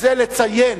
וזה לציין,